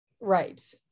Right